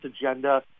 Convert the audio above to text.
agenda